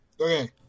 Okay